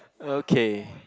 okay